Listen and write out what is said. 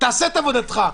תעשה את עבודתך,